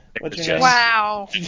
wow